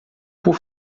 por